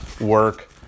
work